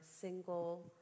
single